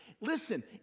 listen